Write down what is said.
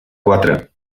quatre